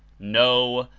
no!